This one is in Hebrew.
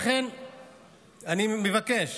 לכן אני מבקש